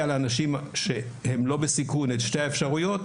לאנשים שהם לא בסיכון את שתי האפשרויות,